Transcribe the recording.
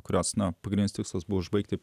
kurios na pagrindinis tikslas buvo užbaigti